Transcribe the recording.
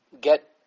get